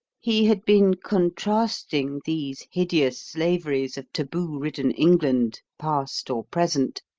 he had been contrasting these hideous slaveries of taboo-ridden england, past or present,